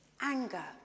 anger